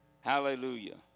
Hallelujah